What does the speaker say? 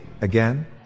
again